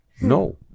No